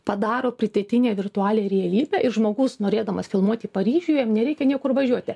padaro pritėtinę virtualią realybę ir žmogus norėdamas filmuoti paryžiuje jam nereikia niekur važiuoti